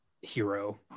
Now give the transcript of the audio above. hero